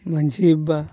ᱢᱟᱹᱡᱷᱤ ᱵᱟᱵᱟ